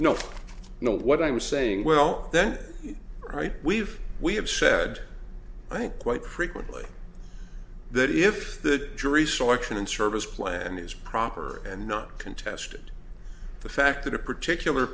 you know what i'm saying well then right we've we have said i think quite frequently that if the jury selection and service plan is proper and not contested the fact that a particular